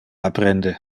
apprende